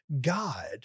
God